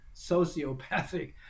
sociopathic